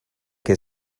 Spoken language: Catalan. que